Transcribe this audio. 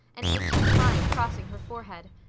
an anxious line crossing her forehead.